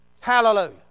Hallelujah